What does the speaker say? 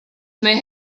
may